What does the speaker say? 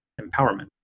empowerment